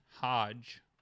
Hodge